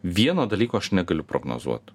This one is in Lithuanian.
vieno dalyko aš negaliu prognozuot